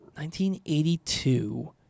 1982